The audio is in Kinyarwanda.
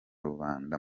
rubanda